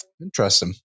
Interesting